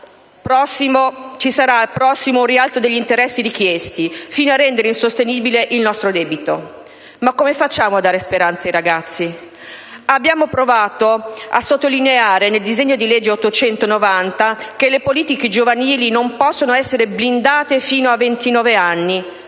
ci sarà un prossimo rialzo degli interessi richiesti, fino a rendere insostenibile il nostro debito. Ma come facciamo a dare speranze ai ragazzi? Abbiamo provato a sottolineare, nella discussione del disegno di legge n. 890, che le politiche giovanili non possono essere blindate fino ai 29 anni,